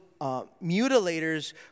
mutilators